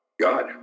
God